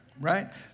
Right